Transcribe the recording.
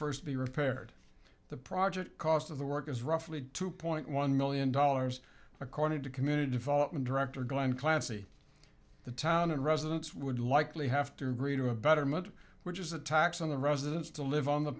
be repaired the project cost of the work is roughly two point one million dollars according to committed development director glen clancy the town and residents would likely have to agree to a betterment which is a tax on the residents to live on the